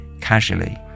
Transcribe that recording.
casually